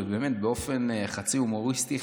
ובאופן חצי הומוריסטי,